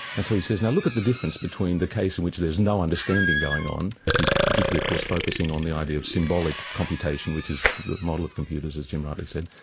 and so he says, now, look at the difference between the case in which there's no understanding going on', and he's particularly of course focusing on the idea of symbolic computation, which is the model of computers, as jim rightly said,